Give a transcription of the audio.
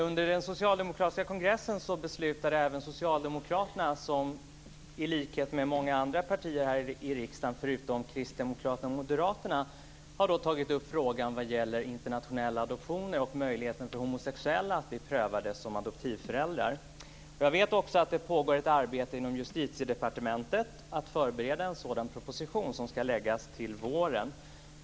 Under den socialdemokratiska kongressen beslutade även Socialdemokraterna - i likhet med många andra partier här i riksdagen, förutom Kristdemokraterna och Moderaterna - att ta upp frågan vad gäller internationella adoptioner och möjligheten för homosexuella att bli prövade som adoptivföräldrar. Jag vet också att det pågår ett arbete inom Justitiedepartementet med att förbereda en sådan proposition, som ska läggas till våren.